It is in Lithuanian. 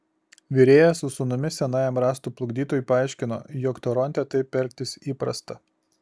virėjas su sūnumi senajam rąstų plukdytojui paaiškino jog toronte taip elgtis įprasta